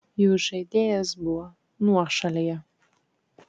jų žaidėjas buvo nuošalėje